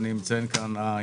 מצפה ישראל, על זה מדובר.